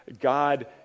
God